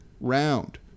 round